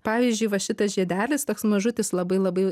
pavyzdžiui va šitas žiedelis toks mažutis labai labai